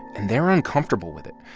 and they're uncomfortable with it.